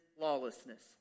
lawlessness